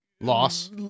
loss